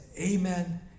amen